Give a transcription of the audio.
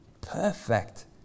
perfect